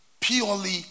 purely